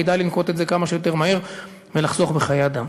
כדאי לנקוט את זה כמה שיותר מהר ולחסוך בחיי אדם.